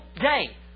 day